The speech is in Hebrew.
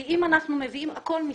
אם אנחנו מביאים הכול מסין,